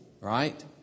right